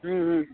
हूं हूं